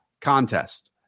contest